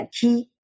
key